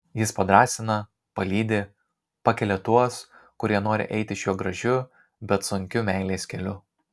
jis padrąsina palydi pakelia tuos kurie nori eiti šiuo gražiu bet sunkiu meilės keliu